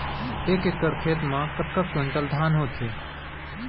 एक एकड़ खेत मा कतका क्विंटल धान होथे?